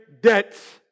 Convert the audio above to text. debts